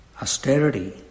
austerity